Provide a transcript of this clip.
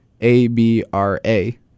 a-b-r-a